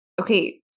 okay